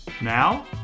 Now